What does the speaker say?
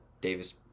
Davis